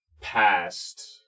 past